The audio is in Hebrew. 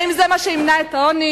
האם זה מה שימנע את העוני?